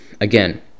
again